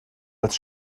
als